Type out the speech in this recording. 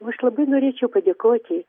o aš labai norėčiau padėkoti